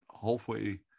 halfway